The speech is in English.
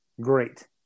great